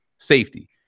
safety